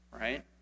right